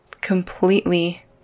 completely